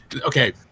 okay